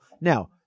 Now